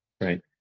right